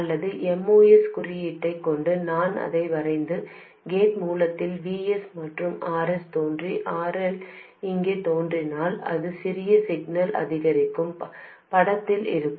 அல்லது MOS குறியீட்டைக் கொண்டு நான் அதை வரைந்து கேட் மூலத்தில் Vs மற்றும் Rs தோன்றி RL இங்கே தோன்றினால் இது சிறிய சிக்னல் அதிகரிக்கும் படத்தில் இருக்கும்